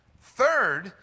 Third